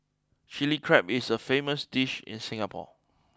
Chilli Crab is a famous dish in Singapore